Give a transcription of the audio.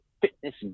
fitness